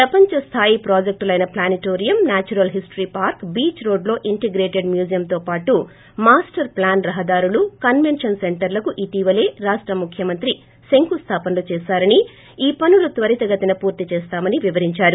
ప్రపంచ స్టాయి ప్రొజెక్టులైన planetarium natural history park beach road లో ఇంటెగ్రేటెడ్ మ్యూజియంతో పాటు మాస్టర్ ప్లాన్ రహదారులు కన్వెన్షన్ సెంటర్లకు ఇటీవలే రాష్ల ముఖ్యమంత్రి శంకుస్తాపనలు చేశారని ఈ పనులు త్వరిగతిన పూర్తి చేస్తామని వివరించారు